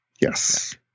Yes